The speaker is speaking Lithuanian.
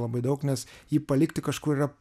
labai daug nes jį palikti kažkur yra